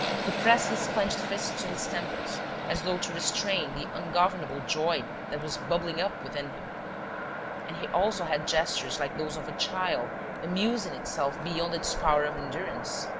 he pressed his clenched fists to his temples as though to restrain the ungovernable joy that was bubbling up within him and he also had gestures like those of a child amusing itself beyond its power of endurance.